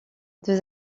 deux